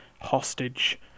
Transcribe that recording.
hostage